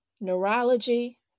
neurology